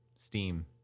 Steam